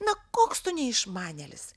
na koks tu neišmanėlis